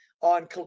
on